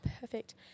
Perfect